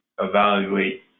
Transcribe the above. evaluate